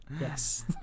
Yes